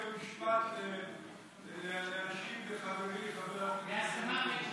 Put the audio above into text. במשפט להשיב לחברי, חבר הכנסת,